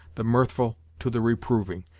the mirthful to the reproving,